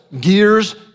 gears